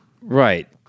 Right